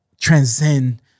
transcend